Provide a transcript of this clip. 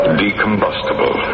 decombustible